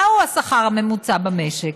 מהו השכר הממוצע במשק?